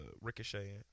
ricocheting